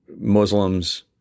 Muslims